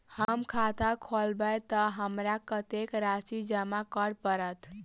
हम खाता खोलेबै तऽ हमरा कत्तेक राशि जमा करऽ पड़त?